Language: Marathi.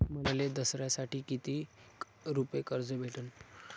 मले दसऱ्यासाठी कितीक रुपये कर्ज भेटन?